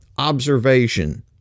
observation